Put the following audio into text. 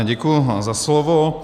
Děkuji vám za slovo.